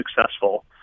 successful